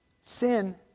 Sin